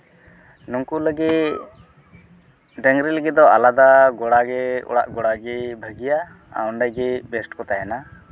ᱱᱩᱠᱩ ᱞᱟᱹᱜᱤᱫ ᱰᱟᱝᱨᱤ ᱞᱟᱹᱜᱤᱫ ᱫᱚ ᱟᱞᱟᱫᱟ ᱜᱳᱲᱟ ᱜᱮ ᱚᱲᱟᱜ ᱜᱳᱲᱟᱜᱮ ᱵᱷᱟᱹᱜᱤᱭᱟ ᱟᱨ ᱚᱸᱰᱮᱜᱮ ᱵᱮᱥᱴ ᱠᱚ ᱛᱟᱦᱮᱱᱟ